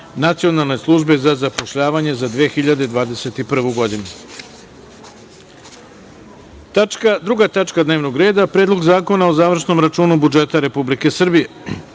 Nacionalne službe za zapošljavanje za 2021. godinu. Druga tačka dnevnog reda – Predlog zakona o završnom računu budžeta Republike Srbije. Pošto